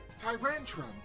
Tyrantrum